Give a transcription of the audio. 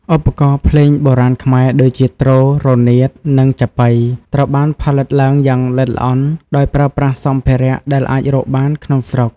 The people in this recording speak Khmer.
ឧបករណ៍ភ្លេងបុរាណខ្មែរដូចជា ទ្រ រនាត និង ចាប៉ី ត្រូវបានផលិតឡើងយ៉ាងល្អិតល្អន់ ដោយប្រើប្រាស់សម្ភារៈដែលអាចរកបានក្នុងស្រុក។